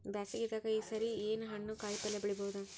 ಬ್ಯಾಸಗಿ ದಾಗ ಈ ಸರಿ ಏನ್ ಹಣ್ಣು, ಕಾಯಿ ಪಲ್ಯ ಬೆಳಿ ಬಹುದ?